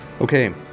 Okay